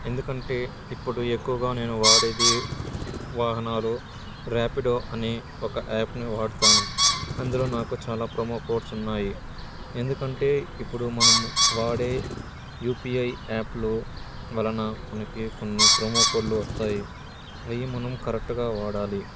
ఎందుకంటే ఇప్పుడు ఎక్కువగా నేను వాడేది వాహనాలు ర్యాపిడో అనే ఒక యాప్ని వాడతాను అందులో నాకు చాలా ప్రొమో కోడ్స్ ఉన్నాయి ఎందుకంటే ఇప్పుడు మనం వాడే యూపీఐ యాప్లు వలన మనకి కొన్ని ప్రొమో కోడ్లు వస్తాయి అవి మనం కరెక్ట్గా వాడాలి